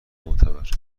معتبر